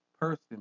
person